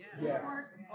Yes